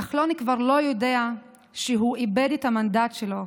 כחלון כבר לא יודע שהוא איבד את המנדט שלו,